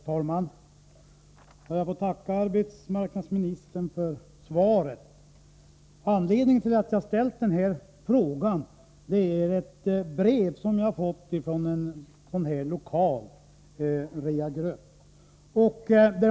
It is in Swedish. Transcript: Herr talman! Jag får tacka arbetsmarknadsministern för svaret. Anledningen till att jag ställt den här frågan är ett brev som jag fått från en lokal rehagrupp.